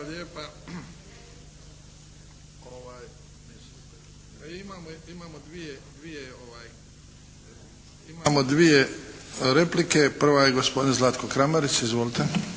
Imamo dvije replike. Prva je gospodin Zlatko Kramarić. Izvolite.